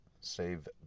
save